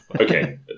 Okay